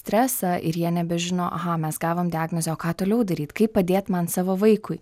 stresą ir jie nebežino aha mes gavom diagnozę o ką toliau daryt kaip padėt man savo vaikui